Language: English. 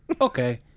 okay